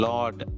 Lord